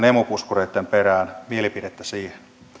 emu puskureiden perään mielipidettä siihen